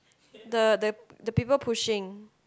the the the people pushing